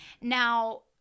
Now